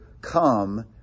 come